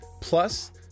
Plus